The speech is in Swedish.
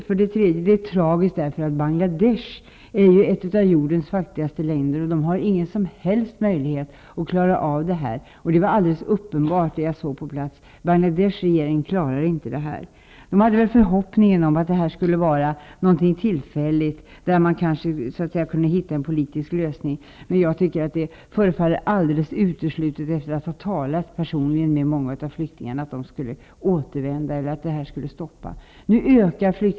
För det tredje är det tragiskt därför att Bangladesh ju är ett av jordens fatti gaste länder och inte har någon som helst möjlighet att klara av detta. Det såg jag helt klart. Man hade förhoppningar om att det skulle vara någonting tillfälligt, där man kunde hitta en politisk lösning. Men efter att ha talat med många flyktingar tycker jag att det förefaller helt uteslutet att de skulle kunna återvända eller att flyktingströmmarna skulle avta.